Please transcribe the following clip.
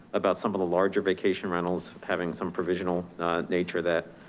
about some of the larger vacation rentals, having some provisional nature that,